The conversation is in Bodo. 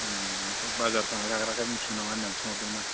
बेखौनो बाजाराव थांबाय थाग्राखाय मिथिगौ नामा होननानै सोंहरदोंमोन आं